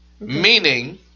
Meaning